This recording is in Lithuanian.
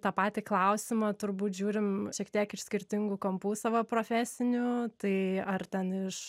tą patį klausimą turbūt žiūrim šiek tiek iš skirtingų kampų savo profesinių tai ar ten iš